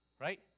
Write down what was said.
right